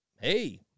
hey